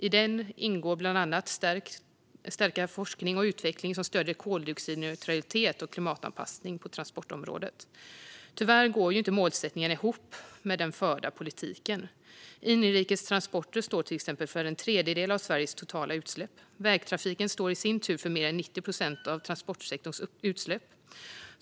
I den ingår bland annat att stärka forskning och utveckling som stöder koldioxidneutralitet och klimatanpassning på transportområdet. Tyvärr går inte målsättningarna ihop med den förda politiken. Inrikes transporter står till exempel för en tredjedel av Sveriges totala utsläpp. Vägtrafiken står i sin tur för mer än 90 procent av transportsektorns utsläpp.